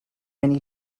mini